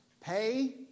pay